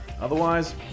Otherwise